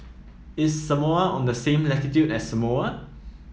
is Samoa on the same latitude as Samoa